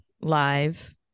live